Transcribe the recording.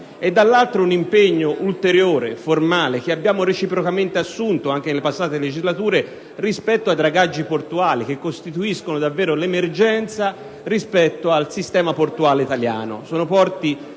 formale ulteriore impegno, dopo quelli che abbiamo reciprocamente assunto anche nelle passate legislature, rispetto ai dragaggi portuali, che costituiscono davvero l'emergenza rispetto al sistema portuale italiano. Sono porti